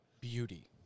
beauty